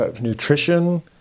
nutrition